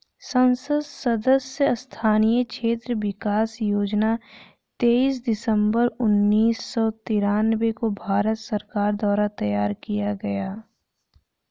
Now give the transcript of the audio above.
संसद सदस्य स्थानीय क्षेत्र विकास योजना तेईस दिसंबर उन्नीस सौ तिरान्बे को भारत सरकार द्वारा तैयार किया गया